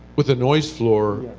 with a noise floor,